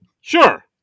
Sure